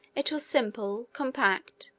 it was simple, compact,